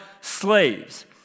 slaves